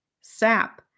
sap